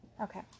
Okay